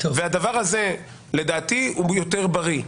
הדבר הזה לדעתי הוא יותר בריא.